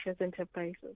Enterprises